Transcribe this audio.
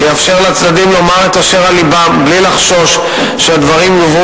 שיאפשר לצדדים לומר את אשר על לבם בלי לחשוש שהדברים יובאו